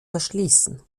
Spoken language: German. verschließen